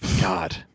God